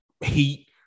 heat